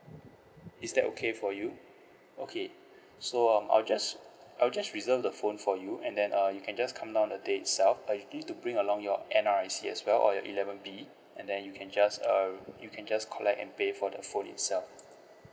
is that okay for you okay so um I'll just I'll just reserve the phone for you and then uh you can just come down the day itself but you need to bring along your N_R_I_C as well or your eleven B and then you can just uh you can just collect and pay for the phone itself